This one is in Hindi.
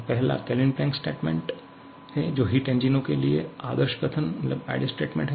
पहला केल्विन प्लैंक स्टेटमेंट है जो हिट इंजनों के लिए आदर्श कथन है